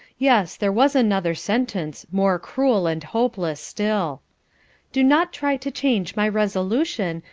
yes, there was another sentence, more cruel and hopeless still do not try to change my resolution,